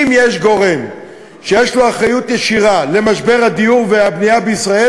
אם יש גורם שיש לו אחריות ישירה למשבר הדיור והבנייה בישראל,